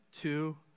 two